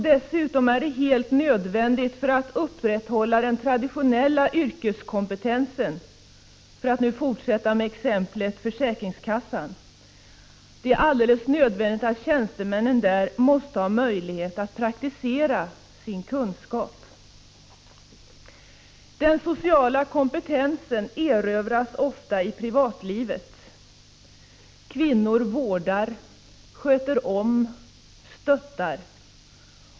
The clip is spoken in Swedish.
Dessutom är det helt nödvändigt att tjänstemännen, för att upprätthålla den traditionella yrkeskompetensen, på försäkringskassan — för att nu fortsätta med exemplet därifrån — måste ha möjlighet att praktisera sin kunskap. Den sociala kompetensen erövras ofta i privatlivet. Kvinnor vårdar, sköter om, stöttar.